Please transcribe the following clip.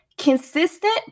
Consistent